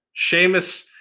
Seamus